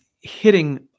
hitting